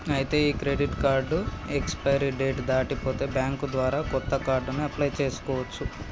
ఐతే ఈ credit card expiry date దాటి పోతే బ్యాంక్ ద్వారా కొత్త కార్డుని అప్లయ్ చేసుకోవచ్చు